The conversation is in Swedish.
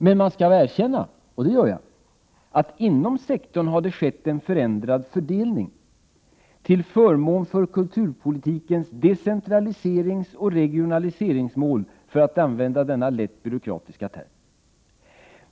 Men man skall erkänna — och det gör jag — att det inom sektorn skett en förändring av fördelningen till förmån för kulturpolitikens decentraliseringsoch regionaliseringsmål, för att använda en lätt byråkratisk term.